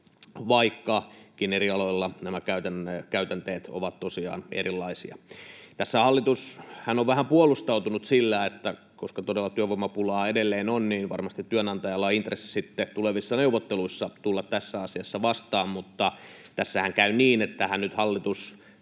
vaikkakin eri aloilla nämä käytänteet ovat tosiaan erilaisia. Tässähän hallitus on vähän puolustautunut sillä, että koska todella työvoimapulaa edelleen on, niin varmasti työnantajalla on intressi sitten tulevissa neuvotteluissa tulla tässä asiassa vastaan, mutta tässähän käy niin, että hallitus